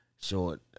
short